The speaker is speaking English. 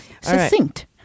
succinct